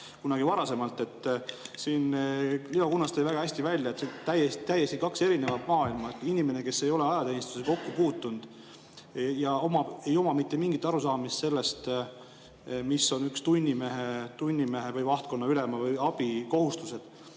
kunagi varasemalt? Leo Kunnas tõi väga hästi välja, et on kaks täiesti erinevat maailma. Inimene, kes ei ole ajateenistusega kokku puutunud, ei oma mitte mingit arusaamist sellest, mis on tunnimehe või vahtkonnaülema või abi kohustused